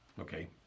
Okay